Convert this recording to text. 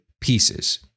pieces